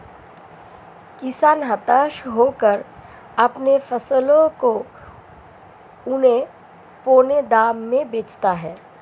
किसान हताश होकर अपने फसलों को औने पोने दाम में बेचता है